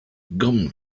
gum